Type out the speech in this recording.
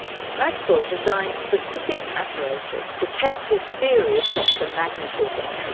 maxwell designed specific apparatus to test his theory of electromagnetism,